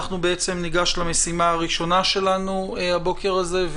ניגש למשימה הראשונה שלנו הבוקר הזה,